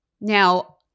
Now